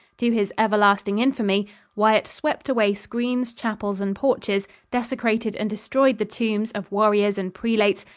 to his everlasting infamy wyatt swept away screens, chapels and porches, desecrated and destroyed the tombs of warriors and prelates,